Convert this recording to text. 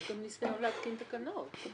יש גם ניסיון להתקין תקנות.